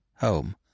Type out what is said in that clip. home